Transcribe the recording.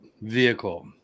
vehicle